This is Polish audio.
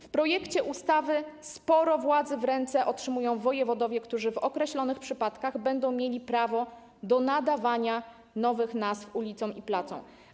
W projekcie ustawy sporo władzy w ręce otrzymują wojewodowie, którzy w określonych przypadkach będą mieli prawo do nadawania nowych nazw ulicom i placom.